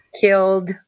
killed